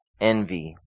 envy